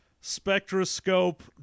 spectroscope